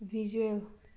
visual